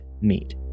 meet